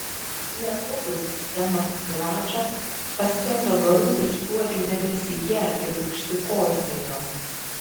netrukus semas su radža paskendo garų ir suodžių debesyje ir užsikosėjo